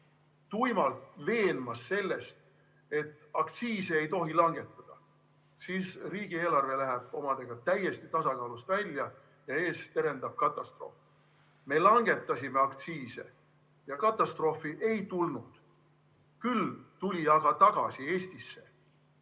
tuimalt veenmas selles, et aktsiise ei tohi langetada, sest siis läheb riigieelarve omadega täiesti tasakaalust välja ja ees terendab katastroof. Me langetasime aktsiise ja katastroofi ei tulnud. Küll tuli aga tagasi Eestisse